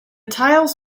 tiles